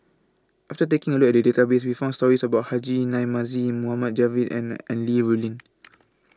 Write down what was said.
after taking A Look At The Database We found stories about Haji Namazie Mohamed Javad and An Li Rulin